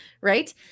Right